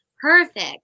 Perfect